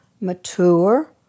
mature